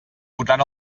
fotran